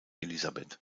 elisabeth